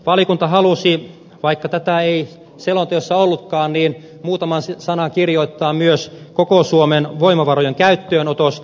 valiokunta halusi vaikka tätä ei selonteossa ollutkaan kirjoittaa muutaman sanan myös koko suomen voimavarojen käyttöönotosta